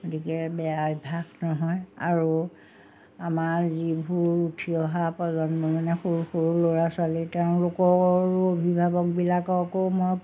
গতিকে বেয়া অভ্যাস নহয় আৰু আমাৰ যিবোৰ উঠি অহা প্ৰজন্ম মানে সৰু সৰু ল'ৰা ছোৱালী তেওঁলোকৰো অভিভাৱকবিলাককো মই